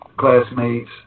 classmates